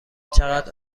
چقدر